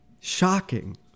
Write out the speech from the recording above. Shocking